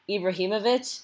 Ibrahimovic